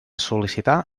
sol·licitar